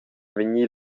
vegni